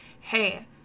hey